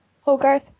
Hogarth